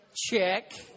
Check